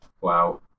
wow